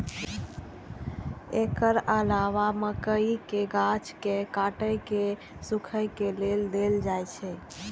एकर अलावे मकइक गाछ कें काटि कें सूखय लेल दए देल जाइ छै